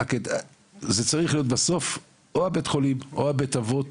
בסוף זה צריך להיות או בית החולים או בית האבות